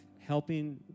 helping